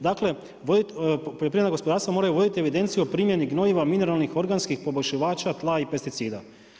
Dakle, poljoprivredna gospodarstva moraju voditi evidenciju o primjenu gnojiva, mineralnih, organskih poboljšivača, tla i pesticida.